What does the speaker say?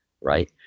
right